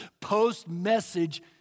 post-message